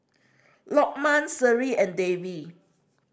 Lokman Seri and Dewi